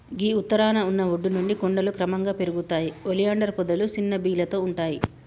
గీ ఉత్తరాన ఉన్న ఒడ్డు నుంచి కొండలు క్రమంగా పెరుగుతాయి ఒలియాండర్ పొదలు సిన్న బీలతో ఉంటాయి